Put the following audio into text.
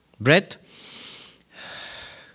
breath